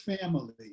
family